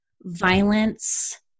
violence